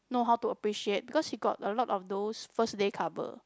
know how to appreciate because he got a lot of those First Day Cover